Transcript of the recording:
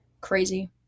Crazy